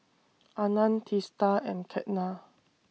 Anand Teesta and Ketna